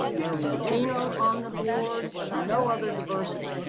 ah no latino on the board, no other diversity.